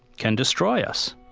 can destroy us